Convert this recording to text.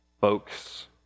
folks